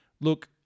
Look